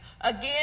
again